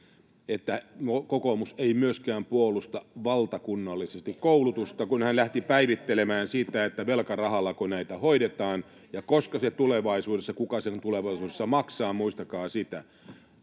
että kokoomus ei puolusta myöskään valtakunnallisesti koulutusta, kun hän lähti päivittelemään sitä, että velkarahallako näitä hoidetaan ja kuka sen tulevaisuudessa maksaa, muistakaa sitä.